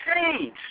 change